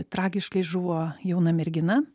tragiškai žuvo jauna mergina